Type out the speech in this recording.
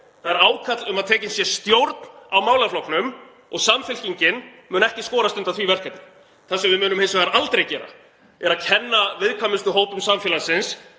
Það er ákall um að tekin sé stjórn á málaflokknum og Samfylkingin mun ekki skorast undan því verkefni. Það sem við munum hins vegar aldrei gera er að kenna viðkvæmustu hópum samfélagsins